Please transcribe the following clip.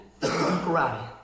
karate